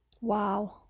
Wow